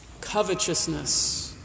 Covetousness